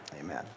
Amen